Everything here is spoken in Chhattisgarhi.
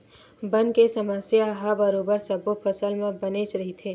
बन के समस्या ह बरोबर सब्बो फसल म बनेच रहिथे